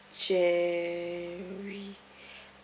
jerry